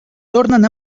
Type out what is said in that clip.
tornen